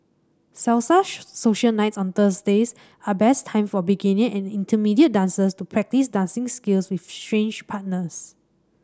salsa social nights on Thursdays are best time for beginner and intermediate dancers to practice dancing skills with strange partners